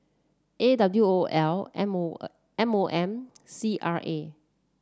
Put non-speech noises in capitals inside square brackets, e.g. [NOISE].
A W O L M O [NOISE] M O M C R A